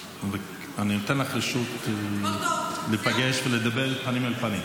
אני נותן לך רשות להיפגש ולדבר פנים אל פנים.